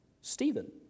Stephen